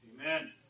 Amen